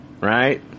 right